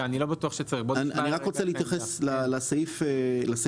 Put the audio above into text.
אני רוצה להתייחס לסעיף הזה.